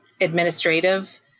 Administrative